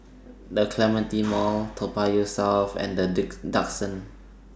The Clementi Mall Toa Payoh South and The Duxton